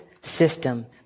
system